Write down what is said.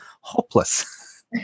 Hopeless